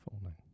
falling